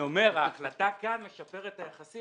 אני אומר שההחלטה כאן משפרת את היחסים,